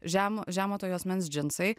žemo žemo to juosmens džinsai